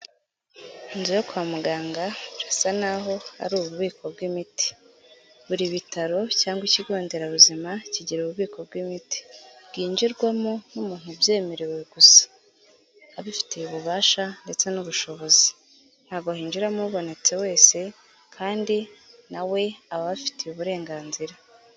Inzu yo kwa muganga, birasa naho ari ububiko bw'imiti, buri bitaro cyangwa ikigonderabuzima kigira ububiko bw'imiti, bwinjirwamo n'umuntu ubyemerewe gusa, abifitiye ububasha ndetse n'ubushobozi, ntago hinjiramo ubonetse wese kandi nawe aba abifitiye uburenganzira.